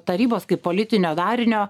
tarybos kaip politinio darinio